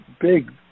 big